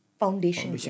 foundation